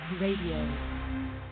Radio